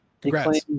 Congrats